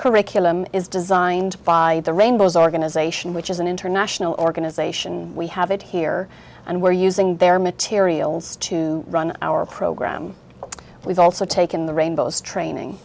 curriculum is designed by the rainbows organization which is an international organization we have it here and we're using their materials to run our program we've also taken the rainbow's training